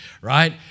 right